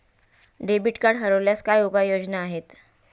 Debit card हरवल्यास काय उपाय योजना आहेत?